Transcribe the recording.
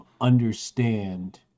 understand